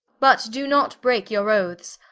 but do not breake your oathes,